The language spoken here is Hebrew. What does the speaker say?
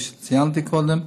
כפי שציינתי קודם,